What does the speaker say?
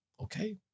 Okay